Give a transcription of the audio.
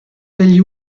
degli